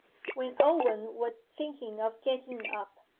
when owen was thinking of getting up,